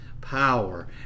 power